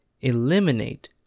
eliminate